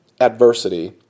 adversity